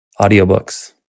Audiobooks